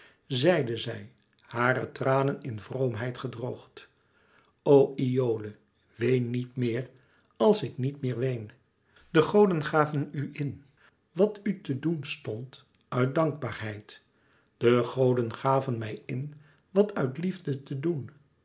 zeide zij hare tranen in vroomheid gedroogd o iole ween niet meer als ik niet meer ween de goden gaven u in wat u te doen stond uit dankbaarheid de goden gaven mij in wat uit liefde te doen